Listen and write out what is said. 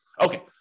Okay